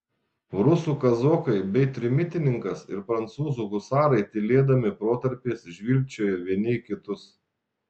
rusų kazokai bei trimitininkas ir prancūzų husarai tylėdami protarpiais žvilgčiojo vieni į kitus